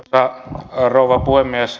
arvoisa rouva puhemies